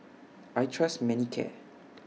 I Trust Manicare